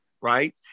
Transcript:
right